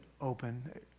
open